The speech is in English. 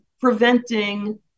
preventing